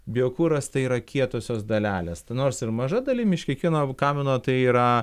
biokuras tai yra kietosios dalelės nors ir maža dalim iš kiekvieno kamino tai yra